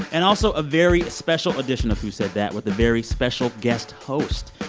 and also, a very special edition of who said that with a very special guest host.